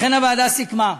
לכן הוועדה סיכמה,